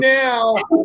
now